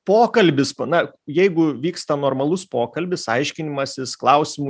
pokalbis na jeigu vyksta normalus pokalbis aiškinimasis klausimų